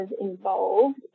involved